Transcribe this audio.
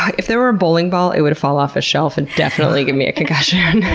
if there were a bowling ball, it would fall off a shelf and definitely give me a concussion.